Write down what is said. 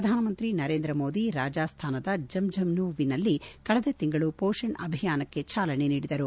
ಪ್ರಧಾನಮಂತ್ರಿ ನರೇಂದ್ರಮೋದಿ ರಾಜಸ್ತಾನದ ಝಂಝನುವಿನಲ್ಲಿ ಕಳೆದ ತಿಂಗಳು ಪೋಷಣ್ ಅಭಿಯಾನಕ್ಕೆ ಚಾಲನೆ ನೀಡಿದರು